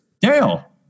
Dale